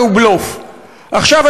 ותאגיד השידור,